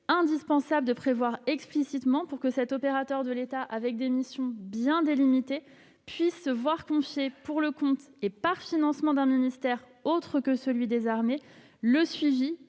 indispensable de prévoir explicitement pour que cet opérateur de l'État, avec des missions bien délimitées, puisse se voir confier, pour le compte et par financement d'un ministère autre que celui des armées, le suivi